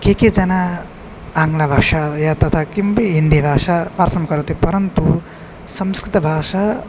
के के जनाः आङ्ग्लभाषा वा तथा किमपि हिन्दीभाषा वार्तां करोति परन्तु संस्कृतभाषा